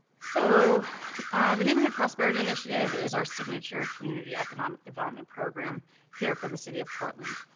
so the neighborhood prosperity initiative is our signature community economic development program here for the city of portland.